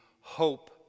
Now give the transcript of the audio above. hope